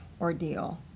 ordeal